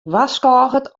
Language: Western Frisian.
warskôget